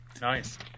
nice